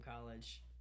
college